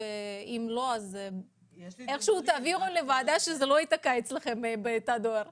אם תעבירו לוועדה את נתוני הכנסות מפנסיה.